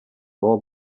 four